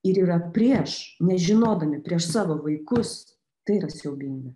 ir yra prieš nežinodami prieš savo vaikus tai yra siaubinga